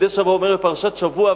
מדי שבוע מדבר בפרשת השבוע,